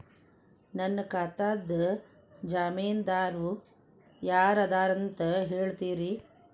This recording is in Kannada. ನನ್ನ ಖಾತಾದ್ದ ಜಾಮೇನದಾರು ಯಾರ ಇದಾರಂತ್ ಹೇಳ್ತೇರಿ?